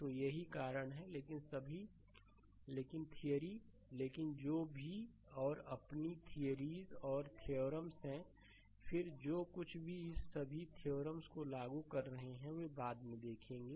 तो यही कारण है लेकिन सभी लेकिन थिअरी लेकिन जो भी और अपनी थिअरीज और थ्योरम्स हैं फिर जो कुछ भी इस सभी थ्योरम्स को लागू कर रहे हैं वे बाद में देखेंगे